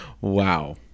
Wow